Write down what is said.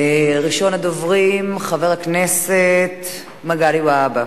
ראשון הדוברים הוא חבר הכנסת מגלי והבה,